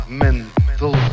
mental